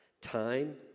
Time